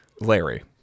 Larry